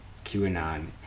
QAnon